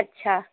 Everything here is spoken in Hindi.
अच्छा